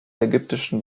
ägyptischen